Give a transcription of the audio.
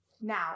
now